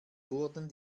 wurden